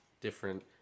different